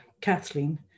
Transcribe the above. Kathleen